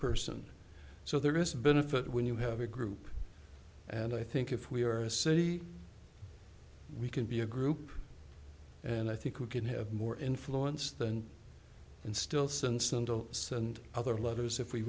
person so there is a benefit when you have a group and i think if we are a city we can be a group and i think we can have more influence than in still since the sun and other letters if we